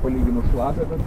palyginus šlapia bet